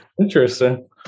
Interesting